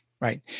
Right